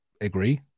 agree